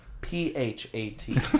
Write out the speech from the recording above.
P-H-A-T